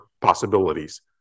possibilities